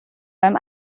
beim